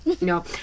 No